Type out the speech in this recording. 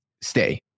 stay